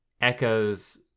echoes